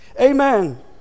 Amen